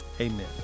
Amen